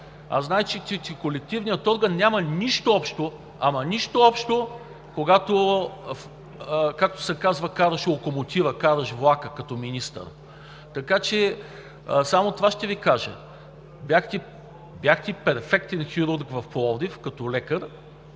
а знаете, че колективният орган няма нищо общо, ама нищо общо, когато, както се казва, караш локомотива, караш влака като министър. Така че само това ще Ви кажа: бяхте перфектен хирург в Пловдив като лекар